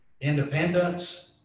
independence